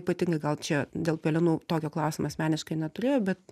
ypatingai gal čia dėl pelenų tokio klausimo asmeniškai neturėjo bet